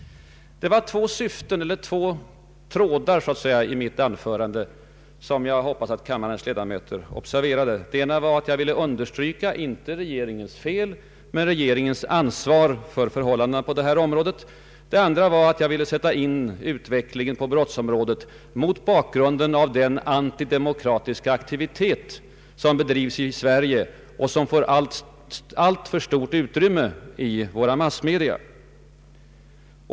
Det var två röda trådar i mitt anförande som jag hoppas att kammarens ledamöter observerade. Den ena var att jag ville understryka, inte regeringens fel utan regeringens ansvar. Den andra var att jag ville belysa utvecklingen på brottsområdet mot bakgrunden av den antidemokratiska aktivitet som bedrivs i Sverige och som får ett alltför stort utrymme i våra massmedia.